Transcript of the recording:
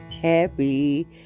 happy